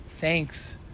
thanks